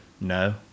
No